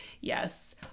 Yes